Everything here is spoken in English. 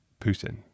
Putin